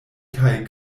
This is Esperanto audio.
kaj